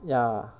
ya